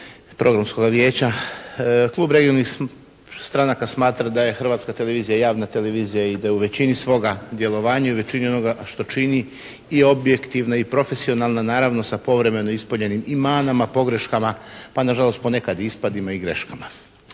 Programskoga vijeća, klub regionalnih stranaka smatra da je Hrvatska televizija javna televizija i da je u većini svoga djelovanja i u većini onoga što čini i objektivna i profesionalna, naravno sa povremeno ispoljenim i manama, pogreškama, pa na žalost ponekad i ispadima i greškama.